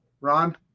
Ron